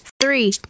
three